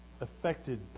Affected